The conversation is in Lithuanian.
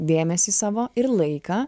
dėmesį savo ir laiką